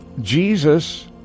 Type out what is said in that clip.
Jesus